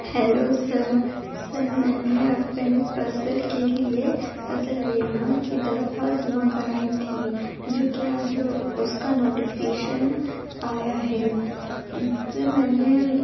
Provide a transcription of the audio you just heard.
hello sir sir میں نے اپنی فصل کے لیے فصل بیما کی درخواست جمع کرائی تھی جو کہ آج اس کا نوٹیپھیکیشن آیا ہے میں نے